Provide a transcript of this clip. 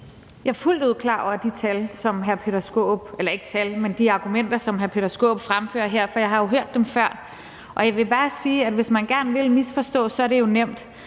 er fuldt ud klar over de argumenter, som hr. Peter Skaarup fremfører her, for jeg har jo hørt dem før. Jeg vil bare sige, at hvis man gerne vil misforstå, så er det jo nemt.